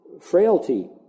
frailty